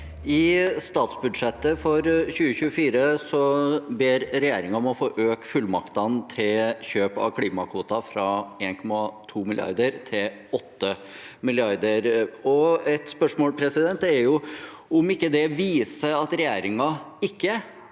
I statsbudsjettet for 2024 ber regjeringen om å få øke fullmaktene til kjøp av klimakvoter fra 1,2 mrd. kr til 8 mrd. kr. Et spørsmål er jo om det viser at regjeringen ikke